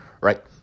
right